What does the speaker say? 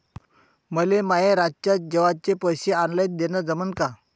मले माये रातच्या जेवाचे पैसे ऑनलाईन देणं जमन का?